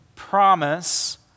Promise